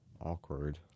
Awkward